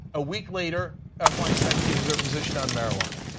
ah week later um feinstein changes her position on marijuana.